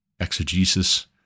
Exegesis